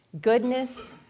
goodness